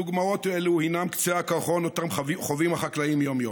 דוגמאות אלו הן קצה הקרחון ואותן חווים החקלאים יום-יום.